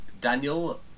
Daniel